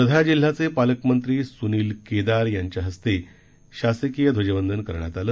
वर्धा जिल्ह्याचे पालकमंत्री सुनील केदार यांच्या हस्ते शासकीय ध्वजवंदन करण्यात आलं